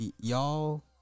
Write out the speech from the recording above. Y'all